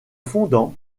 fondant